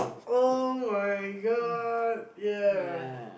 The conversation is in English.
oh-my-god ya